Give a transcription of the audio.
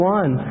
one